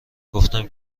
گفتم